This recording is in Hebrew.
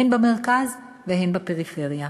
הן במרכז והן בפריפריה.